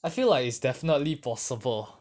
I feel like it's definitely possible